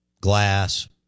Glass